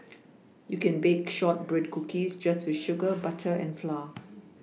you can bake shortbread cookies just with sugar butter and flour